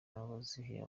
abazihawe